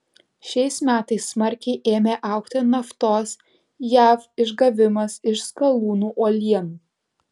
šiais metais smarkiai ėmė augti naftos jav išgavimas iš skalūnų uolienų